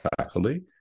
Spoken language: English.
Faculty